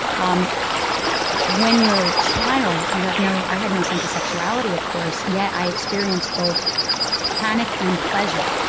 um when you're a child, you have no i had no sense of sexuality, of course, yet i experienced both panic and pleasure.